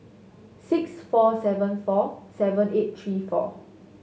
six four seven four seven eight three four